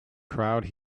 crowd